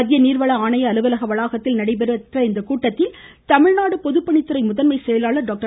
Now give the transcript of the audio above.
மத்திய நீர்வள அ ஆணைய அலுவலக வளாகத்தில் நடைபெறும் இக்கூட்டத்தில் தமிழ்நாடு பொதுப்பணித்துறை முதன்மை செயலாளர் டாக்டர்